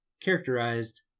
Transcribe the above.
Characterized